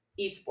esports